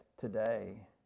today